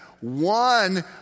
One